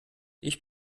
ich